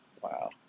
Wow